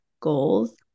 goals